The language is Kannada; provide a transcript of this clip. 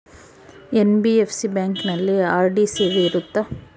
ಎನ್.ಬಿ.ಎಫ್.ಸಿ ಬ್ಯಾಂಕಿನಲ್ಲಿ ಆರ್.ಡಿ ಸೇವೆ ಇರುತ್ತಾ?